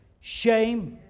shame